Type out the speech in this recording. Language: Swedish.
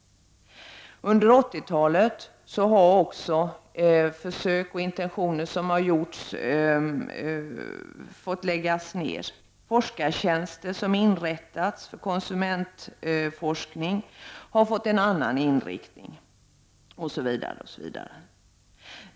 Under 80-talet har många försök gjorts men fått läggas ned. Forskartjänster som inrättats för konsumentforskning har fått en annan inriktning.